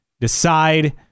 decide